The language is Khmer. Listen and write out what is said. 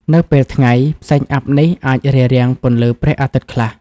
នៅពេលថ្ងៃ ផ្សែងអ័ព្ទនេះអាចរារាំងពន្លឺព្រះអាទិត្យខ្លះ។